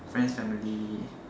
friends family